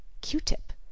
Q-tip